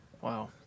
Wow